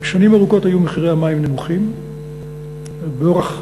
שנים ארוכות היו מחירי המים נמוכים, באורח ניכר,